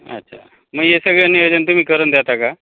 अच्छा मग हे सगळं नियोजन तुम्ही करून देता का